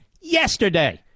yesterday